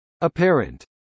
Apparent